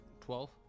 Twelve